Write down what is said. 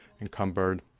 encumbered